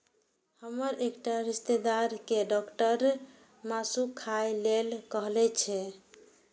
हमर एकटा रिश्तेदार कें डॉक्टर मासु खाय लेल कहने छै